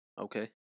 Okay